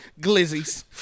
Glizzies